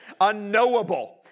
unknowable